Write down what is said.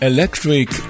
Electric